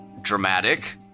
dramatic